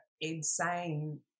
insane